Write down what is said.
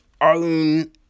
own